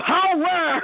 power